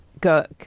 go